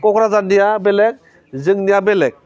क'क्राझारनिया बेलेग जोंनिया बेलेग